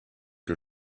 que